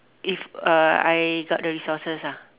if uh I got the resources ah